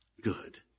good